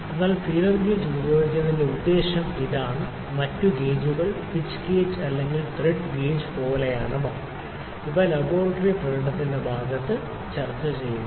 അതിനാൽ feeler gauge ഉപയോഗിക്കുന്നതിന്റെ ഉദ്ദേശ്യം ഇതാണ് മറ്റ് ഗേജുകൾ പിച്ച് ഗേജ് അല്ലെങ്കിൽ ത്രെഡ് ഗേജ് പോലെയാണ് ഇവ ലബോറട്ടറി പ്രകടനത്തിന്റെ അടുത്ത ഭാഗത്ത് ചർച്ച ചെയ്യുന്നത്